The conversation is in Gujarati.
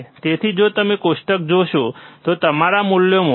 તેથી જો તમે કોષ્ટક જોશો તો તમારા મૂલ્યો 6